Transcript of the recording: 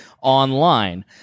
online